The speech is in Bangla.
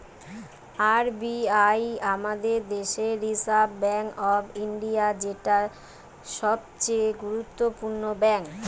আর বি আই আমাদের দেশের রিসার্ভ বেঙ্ক অফ ইন্ডিয়া, যেটা সবচে গুরুত্বপূর্ণ ব্যাঙ্ক